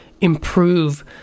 improve